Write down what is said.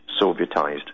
sovietized